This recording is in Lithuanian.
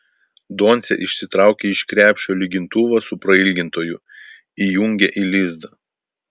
doncė išsitraukė iš krepšio lygintuvą su prailgintoju įjungė į lizdą